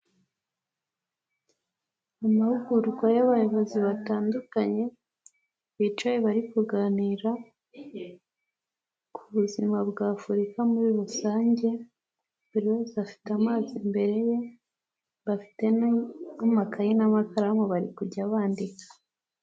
Amahugurwa y'abayobozi batandukanye, bicaye bari kuganira ku buzima bwa Afurika muri rusange, buri wese afite amazi imbere ye, bafite n'amakayi n'amakaramu bari kujya bandika.